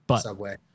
Subway